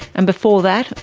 and before that,